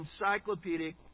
encyclopedic